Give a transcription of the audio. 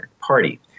party